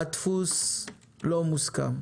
הדפוס לא מוסכם.